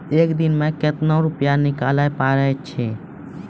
एक दिन मे केतना रुपैया निकाले पारै छी?